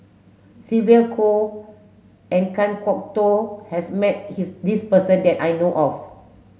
Sylvia Kho and Kan Kwok Toh has met his this person that I know of